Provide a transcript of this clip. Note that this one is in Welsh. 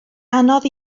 anodd